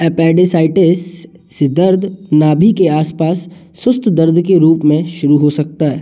appendicitis से दर्द नाभि के आस पास सुस्त दर्द के रूप में शुरू हो सकता है